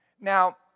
Now